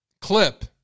clip